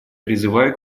призываю